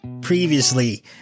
previously